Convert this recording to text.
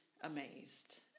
amazed